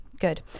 Good